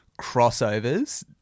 crossovers